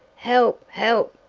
help! help!